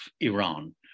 Iran